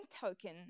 token